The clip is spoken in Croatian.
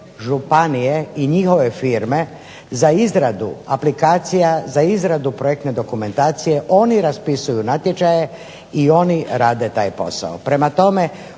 županije i njihove firme za izradu aplikacija, za izradu projektne dokumentacije, oni raspisuju natječaje i oni rade taj posao